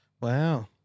Wow